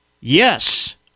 Yes